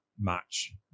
match